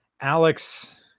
alex